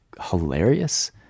hilarious